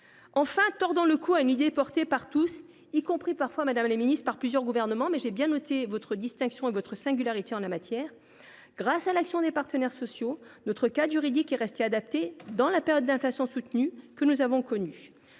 tordons le cou à une idée partagée par tous, y compris par plusieurs gouvernements, même si j’ai bien noté, madame la ministre, votre singularité en la matière. Grâce à l’action des partenaires sociaux, notre cadre juridique est resté adapté dans la période d’inflation soutenue que nous avons connue,